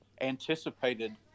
anticipated